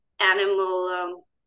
animal